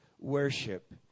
worship